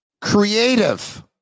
creative